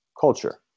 culture